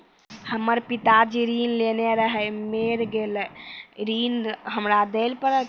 हमर पिताजी ऋण लेने रहे मेर गेल ऋण हमरा देल पड़त?